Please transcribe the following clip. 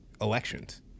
elections